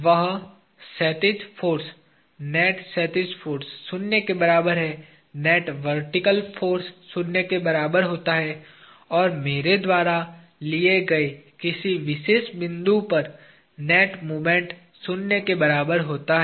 वह क्षैतिज force net क्षैतिज फाॅर्स शून्य के बराबर है नेट वर्टीकल फाॅर्स शून्य के बराबर होता है और मेरे द्वारा लिए गए किसी विशेष बिंदु पर नेट मोमेंट शून्य के बराबर होता है